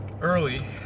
early